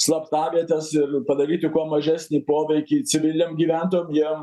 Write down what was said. slaptavietes ir padaryti kuo mažesnį poveikį civiliam gyventojam jie